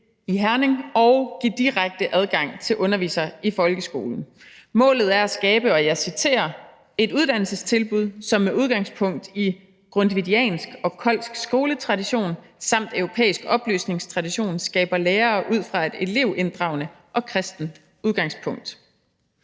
i Herning og give direkte adgang til at undervise i folkeskolen. Målet er at skabe, og jeg citerer, »et uddannelsestilbud, som med udgangspunkt i grundtvigiansk og koldsk skoletradition samt europæisk oplysningstradition skaber lærere ud fra et elevinddragende og kristent udgangspunkt.«